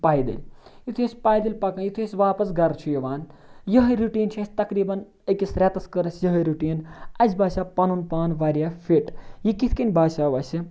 پَیدٔلۍ یُتُھے أسۍ پَیدٔلۍ پَکان یُتھُے أسۍ واپَس گَرٕ چھِ یِوان یِہٕے رُٹیٖن چھِ اَسہِ تقریٖبن أکِس رٮ۪تَس کٔر اَسہِ یِہٕے رُٹیٖن اَسہِ باسیٛو پَنُن پان واریاہ فِٹ یہِ کِتھ کٔنۍ باسیٛو اَسہِ